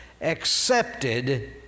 accepted